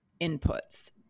inputs